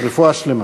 רפואה שלמה.